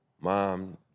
mom